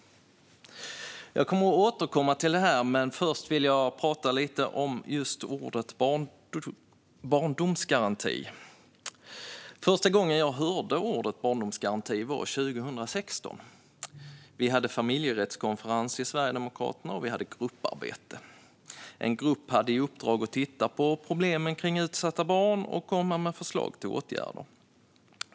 Jag kommer att återkomma till det här, men först vill jag prata lite om ordet barndomsgaranti. Första gången jag hörde ordet barndomsgaranti var 2016. Vi hade familjerättskonferens i Sverigedemokraterna, och vi hade grupparbete. En grupp hade i uppdrag att titta på problemen kring utsatta barn och komma med förslag till åtgärder.